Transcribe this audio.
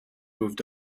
moved